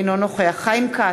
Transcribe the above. אינו נוכח חיים כץ,